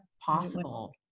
possible